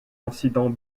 incidents